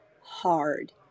hard